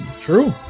True